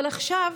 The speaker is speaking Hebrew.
אבל עכשיו